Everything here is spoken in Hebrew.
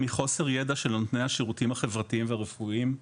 היא חוסר ידע של נותני השירותים החברתיים והרפואיים,